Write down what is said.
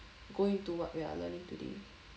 go into what we're learning today